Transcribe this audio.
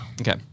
Okay